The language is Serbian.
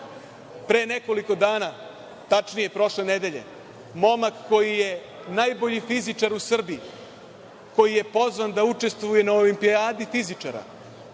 nekoliko dana, tačnije prošle nedelje, momak koji je najbolji fizičar u Srbiji, koji je pozvan da učestvuje na olimpijadi fizičara,